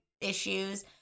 issues